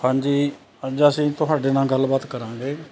ਹਾਂਜੀ ਅੱਜ ਅਸੀਂ ਤੁਹਾਡੇ ਨਾਲ ਗੱਲਬਾਤ ਕਰਾਂਗੇ